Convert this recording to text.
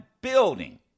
building